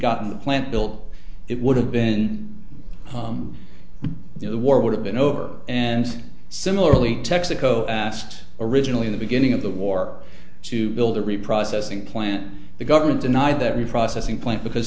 gotten the plant built it would have been you know the war would have been over and similarly texaco asked originally in the beginning of the war to build a reprocessing plant the government denied that reprocessing plant because